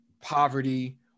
poverty